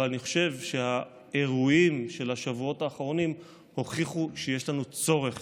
אבל אני חושב שהאירועים של השבועות האחרונים הוכיחו שיש לנו צורך